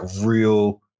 real